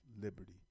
liberty